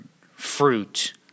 fruit